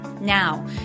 Now